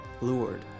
lured